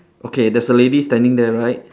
okay there's a lady standing there right